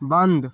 बन्द